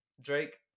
Drake